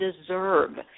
deserve